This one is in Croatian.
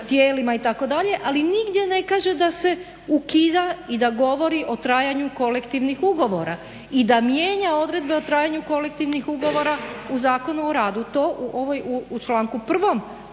tijelima itd. ali nigdje ne kaže da se ukida i da govori o trajanju kolektivnih ugovora i da mijenja odredbe o trajanju kolektivnih ugovora u Zakonu o radu. To u članku 1.